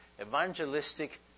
evangelistic